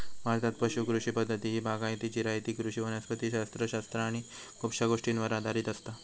भारतात पुश कृषी पद्धती ही बागायती, जिरायती कृषी वनस्पति शास्त्र शास्त्र आणि खुपशा गोष्टींवर आधारित असता